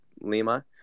Lima